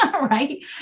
Right